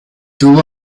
tuvo